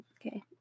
Okay